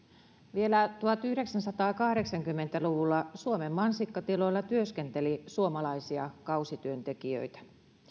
vielä tuhatyhdeksänsataakahdeksankymmentä luvulla suomen mansikkatiloilla työskenteli suomalaisia kausityöntekijöitä